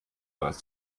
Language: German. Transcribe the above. bereits